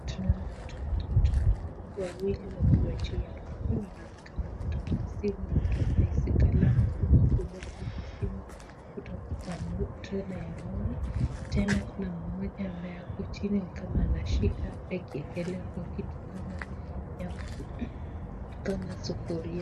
Tunaona watu watatu ,wawili wakiwa juu ya lori wanaonekana kutoa maziwa kutoka hizi galani kubwa kubwa za maziwa kutoka kwa trela ya lori, tena kuna mmoja ambaye ako chini ni kama anashika akiekelea kwa kitu kama sufuria.